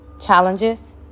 challenges